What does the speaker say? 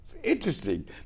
interesting